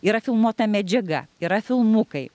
yra filmuota medžiaga yra filmukai